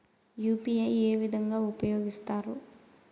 UPI ఏ విధంగా ఉపయోగిస్తారు?